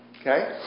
Okay